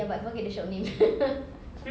but I forget the shop name